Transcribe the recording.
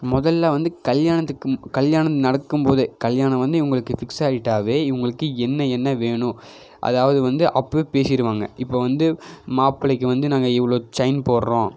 முதல்ல வந்து கல்யாணத்துக்கு கல்யாணம் நடக்கும்போதே கல்யாணம் வந்து இவங்களுக்கு ஃபிக்ஸ் ஆகிட்டாவே இவங்களுக்கு என்ன என்ன வேணும் அதாவது வந்து அப்போவே பேசிடுவாங்க இப்போ வந்து மாப்பிள்ளைக்கு வந்து நாங்கள் இவ்வளோ செயின் போடுகிறோம்